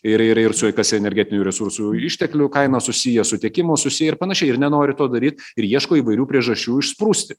ir ir ir su kas su energetinių resursų išteklių kainos susiję su tiekimu susiję ir panašiai ir nenori to daryt ir ieško įvairių priežasčių išsprūsti